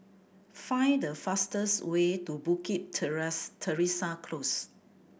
find the fastest way to Bukit Teresa Close